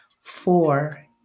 four